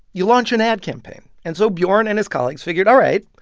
you launch an ad campaign. and so bjorn and his colleagues figured, all right,